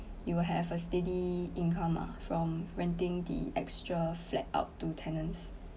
you will have a steady income ah from renting the extra flat out to tenants